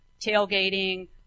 Tailgating